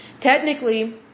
Technically